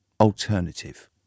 alternative